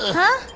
huh?